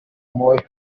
moya